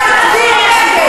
יכולתי לעשות מחטף.